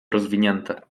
rozwinięte